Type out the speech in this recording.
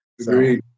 Agreed